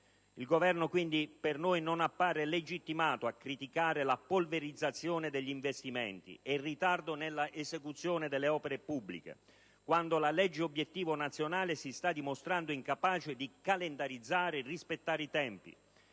Il Governo non appare legittimato a criticare la polverizzazione degli investimenti e il ritardo nella esecuzione delle opere pubbliche, quando la legge-obiettivo nazionale si sta dimostrando incapace di calendarizzare e rispettare i tempi.